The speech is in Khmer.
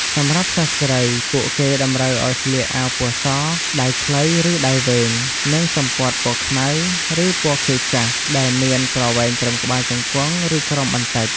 សម្រាប់សិស្សស្រី ពួកគេតម្រូវឲ្យស្លៀកអាវពណ៌ស ដៃខ្លី ឬដៃវែង និងសំពត់ពណ៌ខ្មៅ ឬពណ៌ខៀវចាស់ ដែលមានប្រវែងត្រឹមក្បាលជង្គង់ ឬក្រោមបន្តិច។